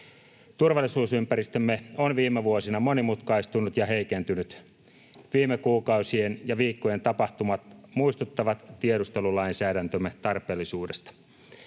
Turvallisuusympäristömme on viime vuosina monimutkaistunut ja heikentynyt. Viime kuukausien ja viikkojen tapahtumat muistuttavat tiedustelulainsäädäntömme tarpeellisuudesta.